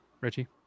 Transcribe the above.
Richie